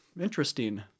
interesting